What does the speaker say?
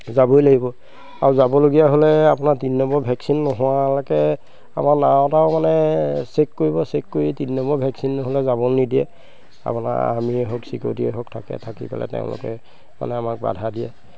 যাবই লাগিব আৰু যাবলগীয়া হ'লে আপোনাৰ তিনি নম্বৰ ভেকচিন নোহোৱালৈকে আমাৰ নাৱত আৰু মানে চেক কৰিব চেক কৰি তিনি নম্বৰ ভেকচিন নহ'লে যাবলৈ নিদিয়ে আপোনাৰ আৰ্মিয়ে হওক চিকিউৰিটীয়ে হওক থাকে থাকি পেলাই তেওঁলোকে মানে আমাক বাধা দিয়ে